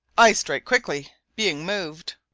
i strike quickly, being moved.